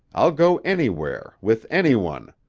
i'll go anywhere with any one.